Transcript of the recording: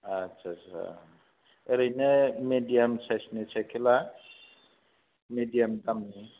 आदसा सा ओरैनो मेदियाम सायसनि सायखेला मेदियाम दामनि